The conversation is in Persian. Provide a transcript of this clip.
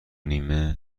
نیمه